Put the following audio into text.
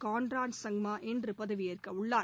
Conrad Sangma இன்று பதவியேற்கவுள்ளார்